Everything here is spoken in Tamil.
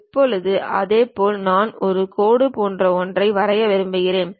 இப்போது இதேபோல் நான் ஒரு கோடு போன்ற ஒன்றை வரைய விரும்புகிறேன்